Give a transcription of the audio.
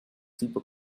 super